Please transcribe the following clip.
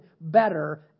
better